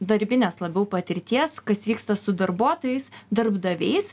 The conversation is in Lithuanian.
darbinės labiau patirties kas vyksta su darbuotojais darbdaviais